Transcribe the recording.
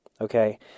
Okay